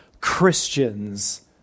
Christians